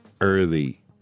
early